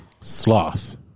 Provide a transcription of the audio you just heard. Sloth